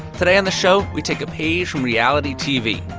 today on the show, we take a page from reality tv.